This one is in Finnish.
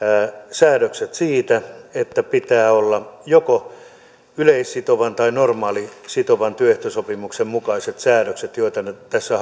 säädökset siitä että pitää olla joko yleissitovan tai normaalisitovan työehtosopimuksen mukaiset säädökset joita tässä